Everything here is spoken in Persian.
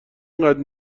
اینقدر